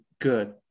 good